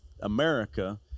America